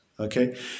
Okay